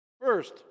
First